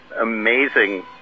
amazing